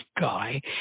guy